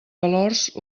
valors